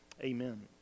Amen